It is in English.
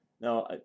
Now